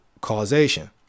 causation